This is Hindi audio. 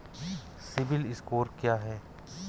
सिबिल स्कोर क्या है?